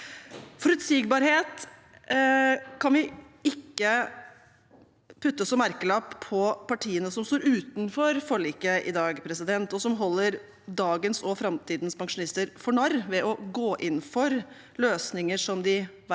Forutsigbarhet er ikke en merkelapp vi kan putte på partiene som står utenfor forliket i dag, og som holder dagens og framtidens pensjonister for narr ved å gå inn for løsninger som de verken